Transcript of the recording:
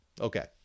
okay